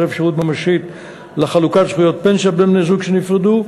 אפשרות ממשית לחלוקת זכויות פנסיה בין בני-זוג שנפרדו,